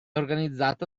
organizzata